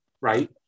right